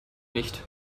nicht